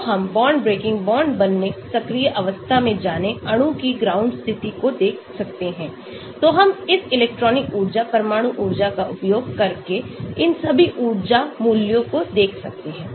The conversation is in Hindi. तो हम बॉन्ड ब्रेकिंग बॉन्ड बनाने सक्रिय अवस्था में जाने अणुओं की ग्राउंड स्थिति को देख सकते हैं तो हम इस इलेक्ट्रॉनिक ऊर्जा परमाणु ऊर्जा का उपयोग करके इन सभी ऊर्जा मूल्यों को देख सकते हैं